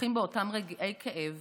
הופכים באותם רגעי כאב